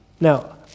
Now